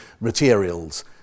materials